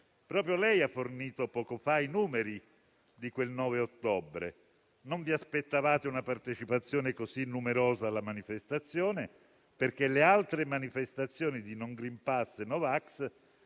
Proprio lei ha fornito, poco fa, i numeri di quel 9 ottobre. Non vi aspettavate una partecipazione così numerosa alla manifestazione, perché le altre manifestazioni di no *green pass* e no vax